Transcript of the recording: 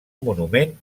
monument